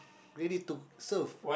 ready to serve